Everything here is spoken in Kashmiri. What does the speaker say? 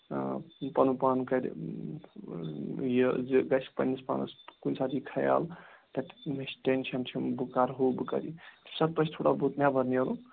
پَنن پان کَرِ یہِ زِ گژھِ پَنٛنِس پانَس کُنہِ ساتہٕ یی خیال مےٚ چھِ ٹینشَن چھُم بہٕ کرٕ ہُہ بہٕ کَرٕ یہِ تٔمۍ ساتہٕ پَزِ تھوڑا بہت نٮ۪بَر نٮ۪رُن